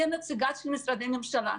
כנציגה של משרדי ממשלה,